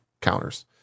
counters